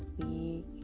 speak